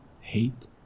hate